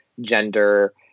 gender